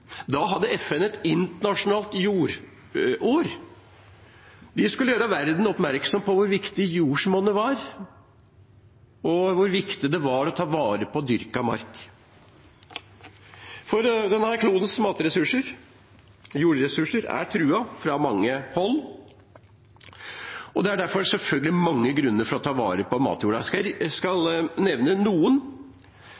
Da hadde FN et internasjonalt jordår. De skulle gjøre verden oppmerksom på hvor viktig jordsmonnet var, og hvor viktig det var å ta vare på dyrket mark. For denne klodens matressurser – jordressurser – er truet fra mange hold. Derfor er det selvfølgelig mange grunner til å ta vare på matjorda. Jeg skal